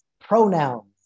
pronouns